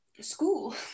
School